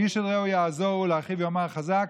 "איש את רעהו יעזרו ולאחיו יאמר חזק".